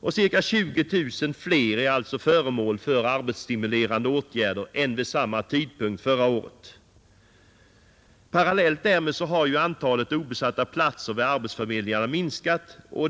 Ungefär 20 000 fler människor är alltså nu föremål för arbetsstimulerande åtgärder än vid samma tidpunkt förra året. Parallellt härmed har antalet obesatta platser vid arbetsförmedlingarna minskat.